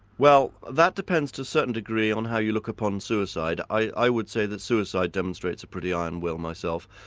well that depends to a certain degree on how you look upon suicide. i would say that suicide demonstrates a pretty iron will myself.